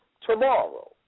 tomorrow